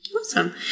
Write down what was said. Awesome